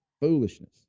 Foolishness